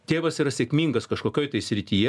tėvas yra sėkmingas kažkokioj tai srityje